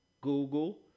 Google